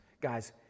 guys